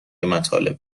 مطالب